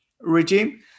regime